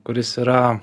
kuris yra